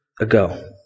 ago